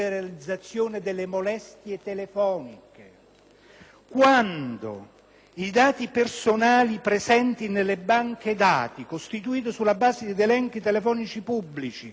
Quando i dati personali presenti nelle banche dati, costituite sulla base di elenchi telefonici pubblici formati prima del 1° agosto 2005,